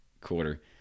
Quarter